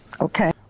Okay